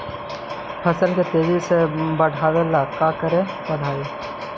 फसल के तेजी से बढ़ावेला का करे पड़तई?